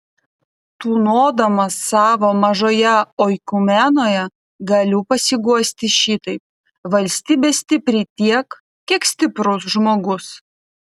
tūnodamas savo mažoje oikumenoje galiu pasiguosti šitaip valstybė stipri tiek kiek stiprus žmogus